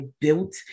built